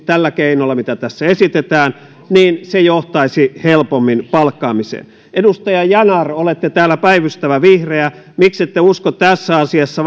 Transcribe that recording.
tällä keinolla mitä tässä esitetään niin se johtaisi helpommin palkkaamiseen edustaja yanar olette täällä päivystävä vihreä miksette usko tässä asiassa